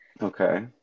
Okay